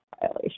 violation